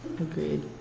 Agreed